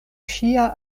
ŝia